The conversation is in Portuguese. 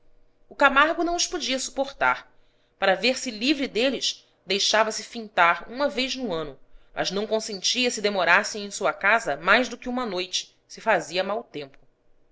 o camargo não os podia suportar para ver-se livre deles deixava-se fintar uma vez no ano mas não consentia se demorassem em sua casa mais do que uma noite se fazia mau tempo